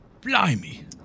Blimey